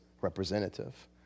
representative